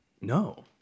No